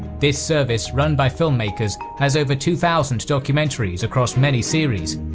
this service run by filmmakers has over two thousand documentaries across many series,